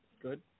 Good